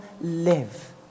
live